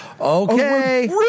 Okay